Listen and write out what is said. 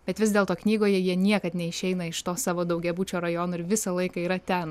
bet vis dėlto knygoje jie niekad neišeina iš to savo daugiabučio rajono ir visą laiką yra ten